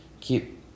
keep